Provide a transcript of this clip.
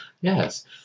Yes